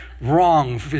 wrong